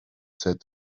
said